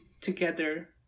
together